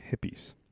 Hippies